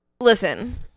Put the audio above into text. Listen